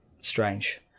strange